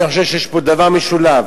אני חושב שיש פה דבר משולב.